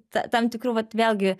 ta tam tikrų vat vėlgi